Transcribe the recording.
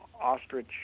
ostrich